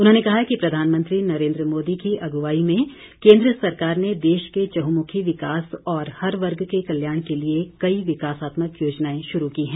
उन्होंने कहा कि प्रधानमंत्री नरेन्द्र मोदी की अगुवाई में केंद्र सरकार ने देश के चहुंमुखी विकास और हर वर्ग के कल्याण के लिए कई विकासात्मक योजनाएं शुरू की है